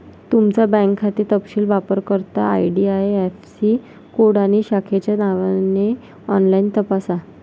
तुमचा बँक खाते तपशील वापरकर्ता आई.डी.आई.ऍफ़.सी कोड आणि शाखेच्या नावाने ऑनलाइन तपासा